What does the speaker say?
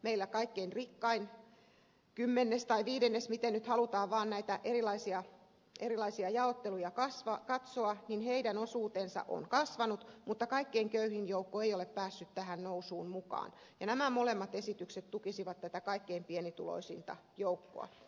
meillä kaikkein rikkaimman kymmeneksen tai viidenneksen miten nyt halutaan vaan näitä erilaisia jaotteluja katsoa osuus on kasvanut mutta kaikkein köyhin joukko ei ole päässyt tähän nousuun mukaan ja nämä molemmat esitykset tukisivat tätä kaikkein pienituloisinta joukkoa